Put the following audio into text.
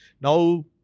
Now